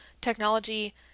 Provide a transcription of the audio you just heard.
technology